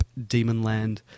Demonland